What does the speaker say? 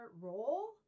role